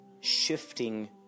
Shifting